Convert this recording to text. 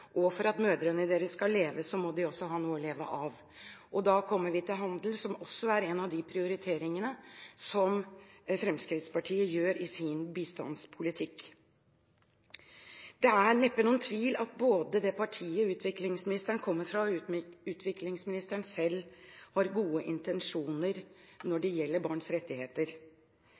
og for at mødrene deres skal leve, må de også ha noe å leve av. Da kommer vi til handel, som også er en av de prioriteringene som Fremskrittspartiet gjør i sin bistandspolitikk. Det er neppe noen tvil om at både det partiet utviklingsministeren kommer fra, og utviklingsministeren selv, har gode intensjoner når det gjelder barns rettigheter.